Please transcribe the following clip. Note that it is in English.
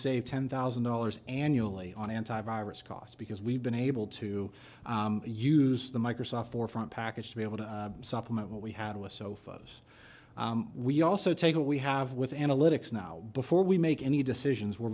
save ten thousand dollars annually on anti virus cost because we've been able to use the microsoft forefront package to be able to supplement what we had with so photos we also take a we have with analytics now before we make any decisions we're